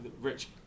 rich